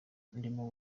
ndimo